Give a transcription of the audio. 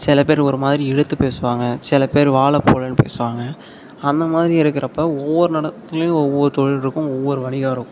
சில பேர் ஒருமாதிரி இழுத்து பேசுவாங்க சில பேர் வால போலேன்னு பேசுவாங்க அந்த மாதிரி இருக்கிறப்ப ஒவ்வொரு நாட்லேயும் ஒவ்வொரு தொழில் இருக்கும் ஒவ்வொரு வணிகம் இருக்கும்